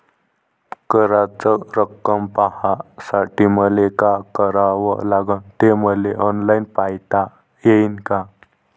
कराच रक्कम पाहासाठी मले का करावं लागन, ते मले ऑनलाईन पायता येईन का?